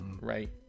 right